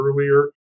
earlier